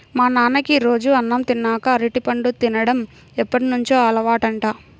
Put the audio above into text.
మా నాన్నకి రోజూ అన్నం తిన్నాక అరటిపండు తిన్డం ఎప్పటినుంచో అలవాటంట